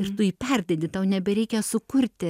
iš tu jį perdedi tau nebereikia sukurti